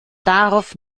darauf